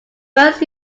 first